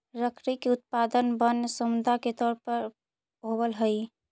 लकड़ी के उत्पादन वन सम्पदा के तौर पर होवऽ हई